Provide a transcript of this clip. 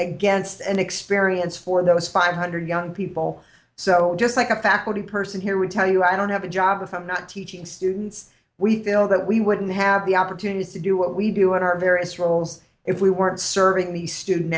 against an experience for those five hundred young people so just like a faculty person here would tell you i don't have a job if i'm not teaching students we feel that we wouldn't have the opportunity to do what we do in our various roles if we weren't serving the student